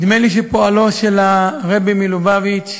נדמה לי שפועלו של הרבי מלובביץ',